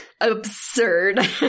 absurd